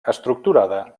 estructurada